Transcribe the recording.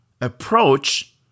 Approach